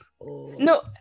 No